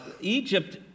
Egypt